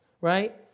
right